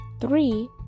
Three